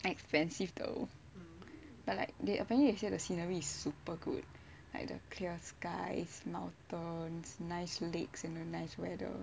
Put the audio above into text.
expensive though but like apparently they say the scenery is super good like the clear skies mountains nice lakes and the nice weather